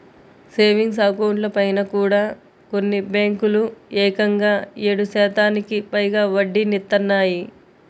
savings అకౌంట్లపైన కూడా కొన్ని బ్యేంకులు ఏకంగా ఏడు శాతానికి పైగా వడ్డీనిత్తన్నాయి